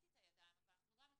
למנוע.